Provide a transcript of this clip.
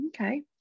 Okay